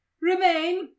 Remain